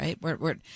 right